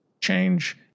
change